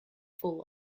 full